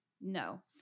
no